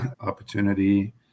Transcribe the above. opportunity